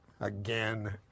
Again